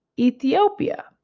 Ethiopia